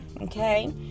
okay